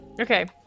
Okay